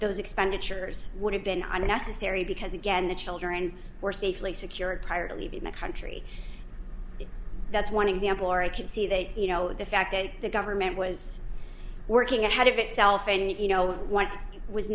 those expenditures would have been a necessary because again the children were safely secure it prior to leaving the country and that's one example or i can see that you know the fact that the government was working at head of itself and you know what